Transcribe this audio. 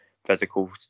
physical